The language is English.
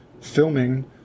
filming